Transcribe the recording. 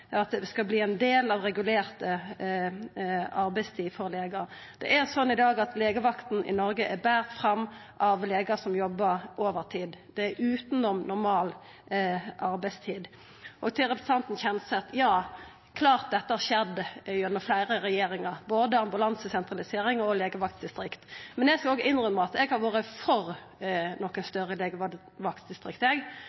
at det skal verta ein del av regulert arbeidstid for legar. Det er slik i dag at legevakta i Noreg er boren fram av legar som jobbar overtid, det er utanom normal arbeidstid. Til representanten Kjenseth: Ja, det er klart at dette har skjedd under fleire regjeringar, både ambulansesentralisering og legevaktdistrikt. Eg skal òg innrømma at eg har vore for